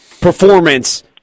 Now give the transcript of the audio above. performance